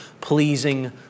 pleasing